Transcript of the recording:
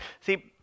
See